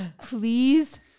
please